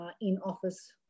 in-office